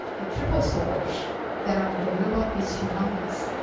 the triple source that are available is humongous.